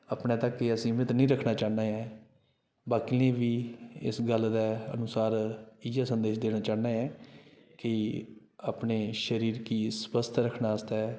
अपने तक ई सीमित निं रखना चाह्न्नां ऐं बाकी आह्लें गी बी इस गल्ल दे अनुसार इ'यै संदेश देना चाह्न्नां ऐं कि अपने शरीर गी स्वस्थ रखने आस्तै